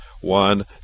one